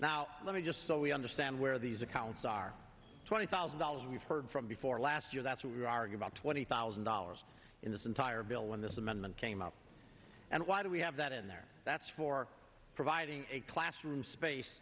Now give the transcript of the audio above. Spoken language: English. now let me just so we understand where these accounts are twenty thousand dollars we've heard from before last year that's what we're hearing about twenty thousand dollars in this entire bill when this amendment came up and why do we have that in there that's for providing a classroom space